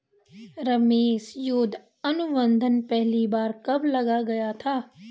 रमेश युद्ध अनुबंध पहली बार कब लाया गया था?